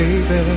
Baby